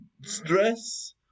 stress